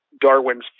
Darwin's